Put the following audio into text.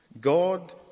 God